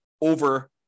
over